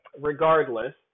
regardless